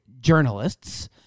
journalists